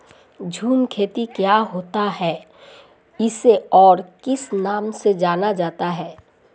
झूम खेती क्या होती है इसे और किस नाम से जाना जाता है?